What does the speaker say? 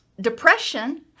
depression